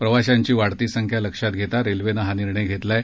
प्रवाशांची वाढती संख्या लक्षात घेता रेल्वेनं हा निर्णय घेतला आहे